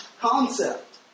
concept